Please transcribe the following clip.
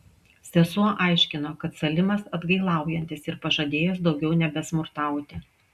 sesuo aiškino kad salimas atgailaujantis ir pažadėjęs daugiau nebesmurtauti